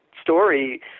story